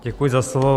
Děkuji za slovo.